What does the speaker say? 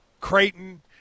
Creighton